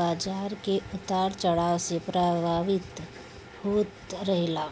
बाजार के उतार चढ़ाव से प्रभावित होत रहेला